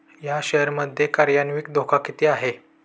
या शेअर मध्ये कार्यान्वित धोका किती आहे?